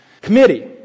Committee